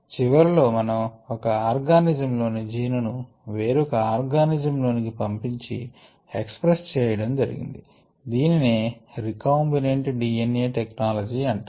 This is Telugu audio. చివరి లో మనం ఒక ఆర్గానిజం లోని జీన్ ను వేరొక ఆర్గానిజం లోనికి పంపించి ఎక్సప్రెస్ చేయడం జరిగింది దీనినే రికామ్బినెంట్ DNA టెక్నలాజి అంటారు